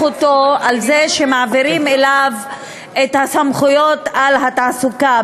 אותו על זה שמעבירים אליו את הסמכויות בתעסוקה,